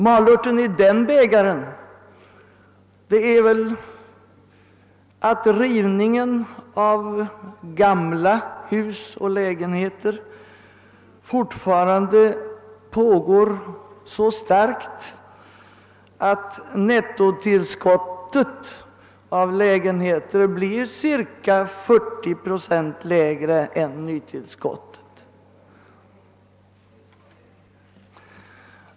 Malörten i den glädjebägaren är väl att rivningen av gamla hus och lägenheter fortfarande pågår i sådan omfattning att nettotillskottet av lägenheter blir cirka 40 procent lägre än nytillskottet.